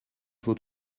faut